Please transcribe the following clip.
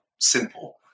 simple